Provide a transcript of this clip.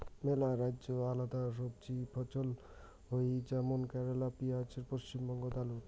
মেলা রাজ্যে আলাদা সবজি ফছল হই যেমন কেরালে পেঁয়াজ, পশ্চিমবঙ্গতে আলু